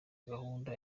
gahunda